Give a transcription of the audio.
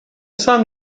sein